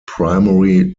primary